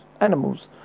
animals